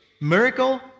miracle